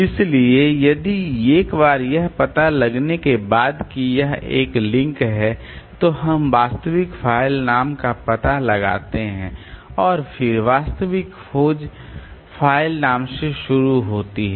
इसलिए एक बार यह पता लगने के बाद कि यह एक लिंक है तो हम वास्तविक फ़ाइल नाम का पता लगाते हैं और फिर वास्तविक खोज फ़ाइल नाम से शुरू होती है